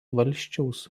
valsčiaus